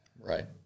Right